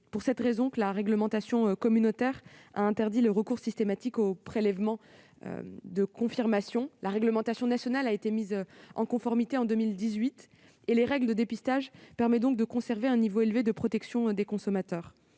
à cette fin que la réglementation communautaire a interdit le recours systématique aux prélèvements de confirmation ; la réglementation nationale a été mise en conformité en 2018. Cette règle de dépistage permet de conserver un niveau élevé de protection des consommateurs.